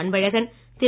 Anbazhagan Thiru